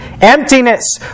emptiness